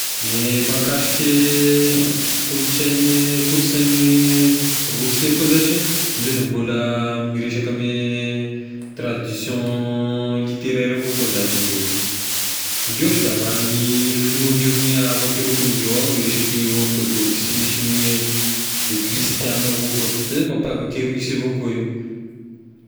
Ny mahakasiky kolontsainy kolonsain'ny Rosia koa zashy, indreo da mbola miresaka ame tradition litteraire avao koa zagny indreo aloha, indreo-shy da magnany fignoandreo miavaka avao ko indreo, ao ny resaky orthodoxie sy ny e kristianina avao koa, zay zagny mampiavaky Russe avao koa.